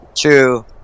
True